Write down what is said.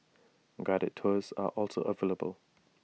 guided tours are also available